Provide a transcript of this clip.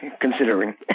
considering